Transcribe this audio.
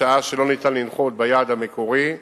בשעה שאין אפשרות לנחות ביעד המקורי,